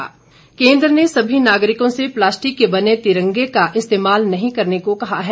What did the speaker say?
तिरंगा केन्द्र ने सभी नागरिकों से प्लास्टिक के बने तिरंगे का इस्तेमाल नहीं करने को कहा है